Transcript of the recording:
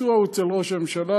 הביצוע הוא אצל ראש ממשלה.